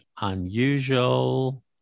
unusual